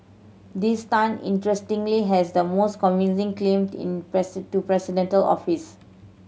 this Tan interestingly has the most convincing claimed in to presidential office